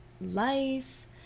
life